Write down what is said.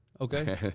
Okay